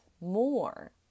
more